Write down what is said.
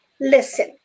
listen